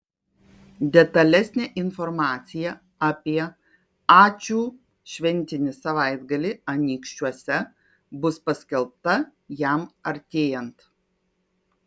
detalesnė informacija apie ačiū šventinį savaitgalį anykščiuose bus paskelbta jam artėjant